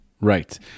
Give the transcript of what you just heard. Right